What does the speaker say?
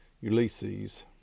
Ulysses